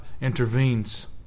intervenes